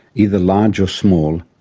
either large or small,